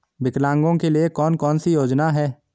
विकलांगों के लिए कौन कौनसी योजना है?